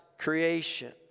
creation